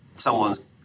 someone's